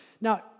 Now